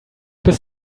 bis